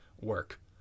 work